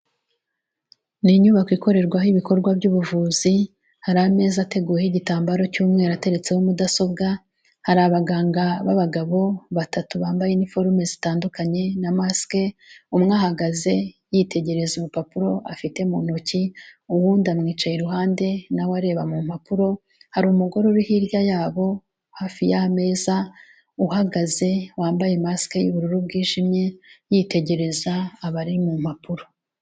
Ni inyubako ikorerwaho ibikorwa by'ubuvuzi, hari ameza ateguyeho igitambaro cy'umweru ateretseho mudasobwa, hari abaganga b'abagabo batatu bambaye iniforume zitandukanye na masike. Umwe ahagaze yitegereza urupapuro afite mu ntoki, uwundi amwicaye iruhande nawe areba mu mpapuro. Hari umugore uri hirya yabo hafi y'ameza uhagaze, wambaye masike y'ubururu bwijimye yitegereza abari mu mpapuro.